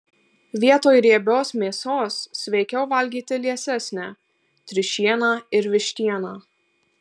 vietoj riebios mėsos sveikiau valgyti liesesnę triušieną ir vištieną